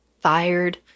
fired